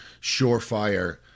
surefire